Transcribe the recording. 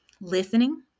Listening